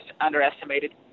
underestimated